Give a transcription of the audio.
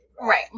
right